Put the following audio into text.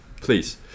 Please